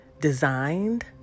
designed